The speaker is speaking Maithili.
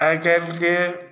आइ काल्हिके